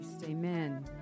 Amen